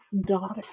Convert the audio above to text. Daughter